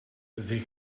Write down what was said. they